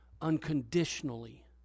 unconditionally